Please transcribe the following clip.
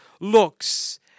looks